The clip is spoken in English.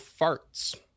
farts